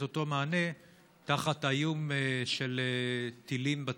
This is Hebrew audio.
אותו מענה תחת האיום של טילים בצפון.